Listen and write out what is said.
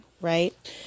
right